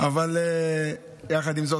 אבל יחד עם זאת,